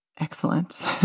Excellent